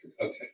Okay